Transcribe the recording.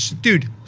dude